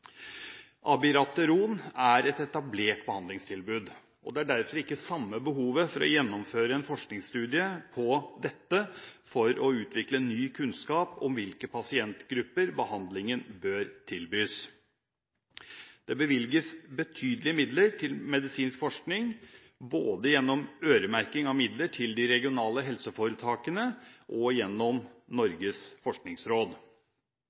er et etablert behandlingstilbud, og det er derfor ikke det samme behovet for å gjennomføre en forskningsstudie på dette for å utvikle ny kunnskap om hvilke pasientgrupper som bør tilbys behandlingen. Det bevilges betydelige midler til medisinsk forskning både gjennom øremerking av midler til de regionale helseforetakene og gjennom Norges forskningsråd.